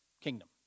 kingdom